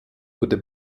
wurde